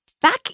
Back